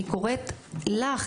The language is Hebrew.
אני קוראת לך,